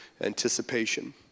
anticipation